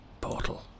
portal